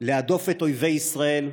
להדוף את אויבי ישראל,